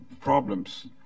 problems